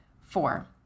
Four